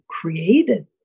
created